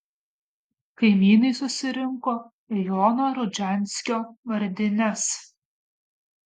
kaimynai susirinko į jono rudžianskio vardines